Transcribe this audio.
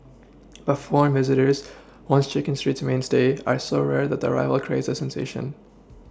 but foreign visitors once chicken street's mainstay are so rare that their arrival creates a sensation